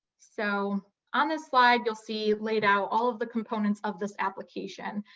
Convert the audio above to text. so on this slide, you'll see laid out all of the components of this application,